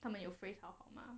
他们有 phrase 好好吗